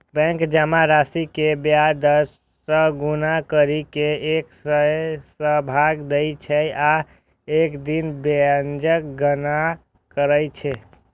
bank जमा राशि कें ब्याज दर सं गुना करि कें एक सय सं भाग दै छै आ एक दिन ब्याजक गणना करै छै